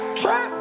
trap